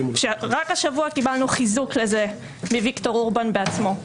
כשרק השבוע קיבלנו חיזוק לזה מוויקטור אורבן בעצמו,